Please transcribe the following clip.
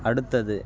அடுத்தது